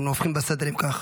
אנחנו הופכים בסדר אם כך.